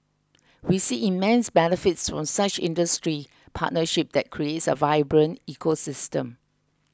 we see immense benefits from such industry partnership that creates a vibrant ecosystem